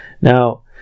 now